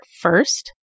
first